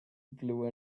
blue